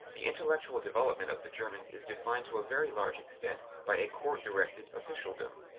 the intellectual development of the germans is defined to a very large extent by a court-directed officialdom.